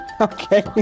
Okay